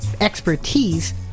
expertise